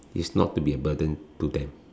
is not to be a burden to them